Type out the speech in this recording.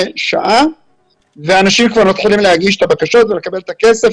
שעה ואנשים מתחילים להגיש את הבקשות ולקבל את הכסף.